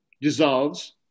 dissolves